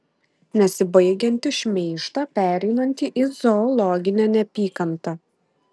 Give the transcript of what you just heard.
nesibaigiantį šmeižtą pereinantį į zoologinę neapykantą